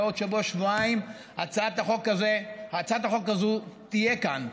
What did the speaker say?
בעוד שבוע-שבועיים הצעת החוק הזו תהיה כאן,